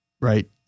right